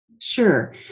Sure